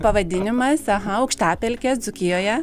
pavadinimas aha aukštapelkėj dzūkijoje